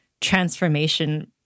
transformation